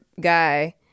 guy